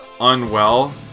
Unwell